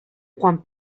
juan